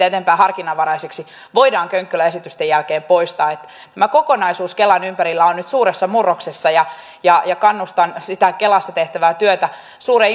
eteenpäin palvelujen muuttuminen harkinnanvaraisiksi voidaan könkkölän esitysten jälkeen poistaa tämä kokonaisuus kelan ympärillä on nyt suuressa murroksessa ja ja kannustan sitä kelassa tehtävää työtä suureen